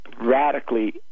radically